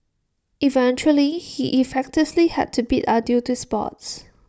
eventually he effectively had to bid adieu to sports